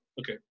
Okay